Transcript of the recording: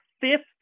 fifth